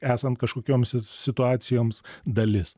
esant kažkokiom situacijoms dalis